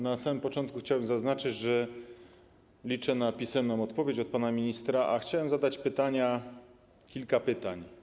Na samym początku chciałbym zaznaczyć, że liczę na pisemną odpowiedź od pana ministra, a chciałbym zadać kilka pytań.